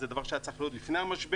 זה דבר שהיה צריך להיות לפני המשבר,